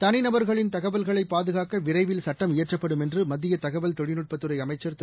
தனிநபர்களின் தகவல்களைபாதுகாக்க விரைவில் சுட்டம் இயற்றப்படும் என்றுமத்தியதகவல் தொழில்நுட்பத் துறைஅமைச்சர் திரு